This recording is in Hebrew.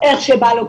איך שבא לו,